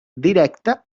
directe